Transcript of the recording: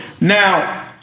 Now